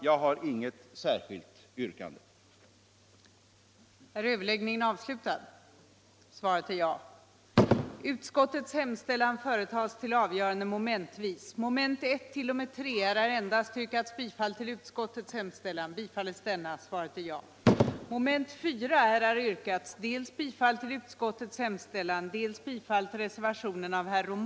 Jag har inget särskilt yrkande.